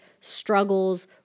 struggles